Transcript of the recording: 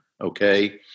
okay